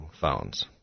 phones